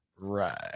Right